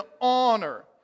honor